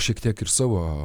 šiek tiek ir savo